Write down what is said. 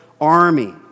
army